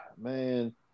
Man